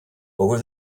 over